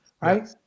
right